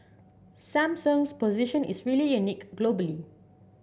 Samsung's position is really unique globally